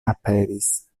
aperis